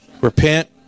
Repent